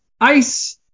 ice